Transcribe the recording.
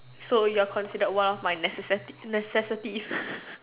so you are considered one of my necessi~ necessities